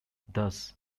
thus